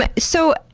but so,